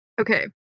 okay